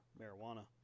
marijuana